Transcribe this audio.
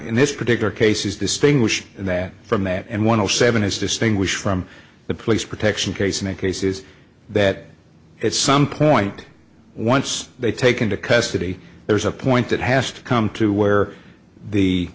in this particular case is distinguish that from that and one of the seven is distinguished from the police protection case in a case is that it's some point once they take into custody there's a point that has to come to where the